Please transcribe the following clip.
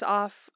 off